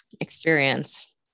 experience